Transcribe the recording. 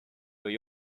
või